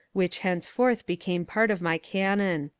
which thenceforth became part of my canon.